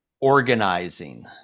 organizing